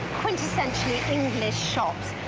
quintessentially english shops.